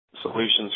solutions